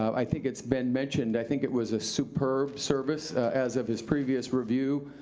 i think it's been mentioned, i think it was a superb service as of his previous review.